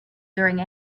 during